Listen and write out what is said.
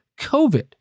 COVID